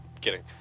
kidding